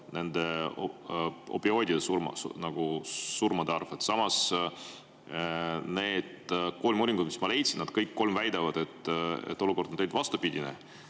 nende opioidisurmade arv. Samas, need kolm uuringut, mis ma leidsin, kõik väidavad, et olukord on vastupidine.